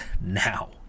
now